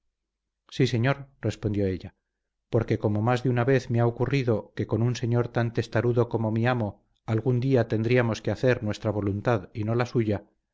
sí señor respondió ella porque como más de una vez me ha ocurrido que con un señor tan testarudo como mi amo algún día tendríamos que hacer nuestra voluntad y no la suya